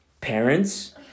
parents